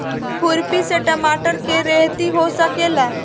खुरपी से टमाटर के रहेती हो सकेला?